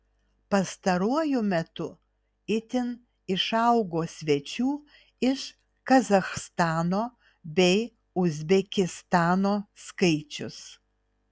pastaruoju metu itin išaugo svečių iš kazachstano bei uzbekistano skaičius